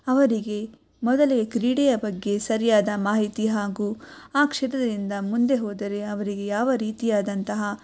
ಅವರಿಗೆ ಮೊದಲೇ ಕ್ರೀಡೆಯ ಬಗ್ಗೆ ಸರಿಯಾದ ಮಾಹಿತಿ ಹಾಗೂ ಆ ಕ್ಷೇತ್ರದಿಂದ ಮುಂದೆ ಹೋದರೆ ಅವ್ರಿಗೆ ಯಾವ ರೀತಿಯಾದಂತಹ